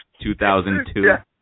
2002